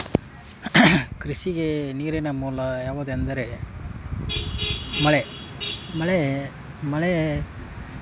ಅಡುಗೆ ಮಾಡೋಕೆ ಅದು ಸಣ್ಣವು ಸ್ವಲ್ಪ ಜನ ಇದ್ದಿದ್ದು ಸಣ್ಣ ಕುಕ್ಕರ್ ಬಳಸ್ತೀವಿ ಮೂರು ಲೀಟ್ರ್ ಕುಕ್ಕರ್ ಬಳಸ್ತೀವಿ ಕುಕ್ಕರ್